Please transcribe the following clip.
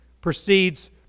proceeds